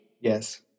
Yes